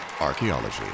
Archaeology